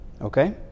okay